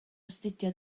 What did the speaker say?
astudio